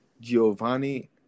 Giovanni